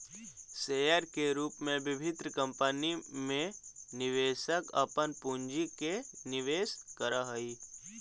share के रूप में विभिन्न कंपनी में निवेशक अपन पूंजी के निवेश करऽ हइ